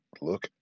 look